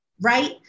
Right